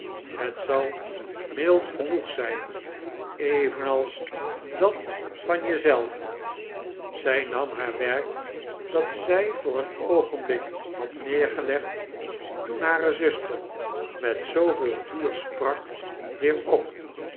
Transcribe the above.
het zal mild genoeg zijn evenals dat van je zelve zij nam haar werk dat zij voor een oogenblik had neergieilegd toen hare zuster met zooveel vuur sprak weer op